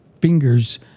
fingers